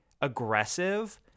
aggressive